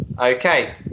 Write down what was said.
Okay